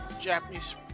Japanese